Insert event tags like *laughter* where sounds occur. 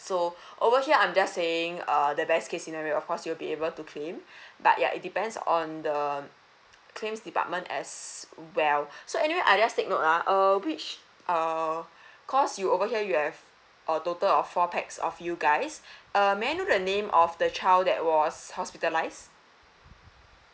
so *breath* over here I am just saying uh the best case scenario of course you will be able to claim *breath* but ya it depends on the claims department as well *breath* so anyway I just take note ah uh which uh *breath* because you over here you have a total of four pax of you guys *breath* err may I know the name of the child that was hospitalised